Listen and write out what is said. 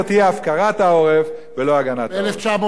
ב-1991 הוציאה המנוחה,